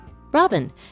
Robin